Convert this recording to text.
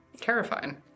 Terrifying